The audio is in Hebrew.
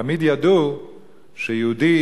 תמיד ידעו שיהודי,